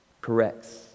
corrects